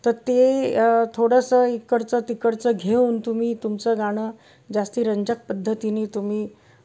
तर ते थोडंसं इकडचं तिकडचं घेऊन तुम्ही तुमचं गाणं जास्ती रंजक पद्धतीने तुम्ही